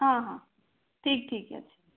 ହଁ ହଁ ଠିକ୍ ଠିକ୍ ଅଛି